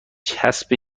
چسب